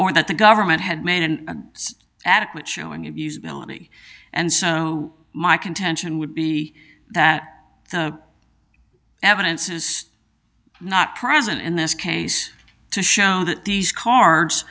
or that the government had made an adequate showing us military and so my contention would be that evidence is not present in this case to show that these cards